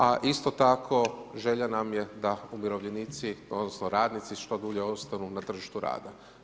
A isto tako želja nam je da umirovljenici, odnosno radnici što dulje ostanu na tržištu rada.